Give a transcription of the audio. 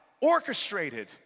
orchestrated